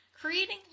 creating